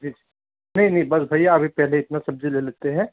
जी नहीं नहीं बस भैया पहले इतनी सब्ज़ी ले लेते हैं